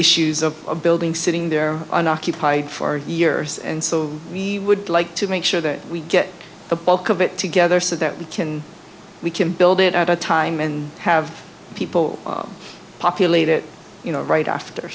issues of a building sitting there unoccupied for years and so we would like to make sure that we get the bulk of it together so that we can we can build it at a time and have people populate it you know right after